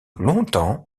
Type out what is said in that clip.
longtemps